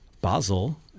Basel